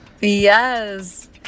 Yes